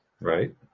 Right